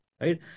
right